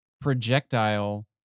projectile